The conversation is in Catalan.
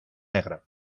negre